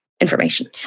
information